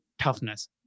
toughness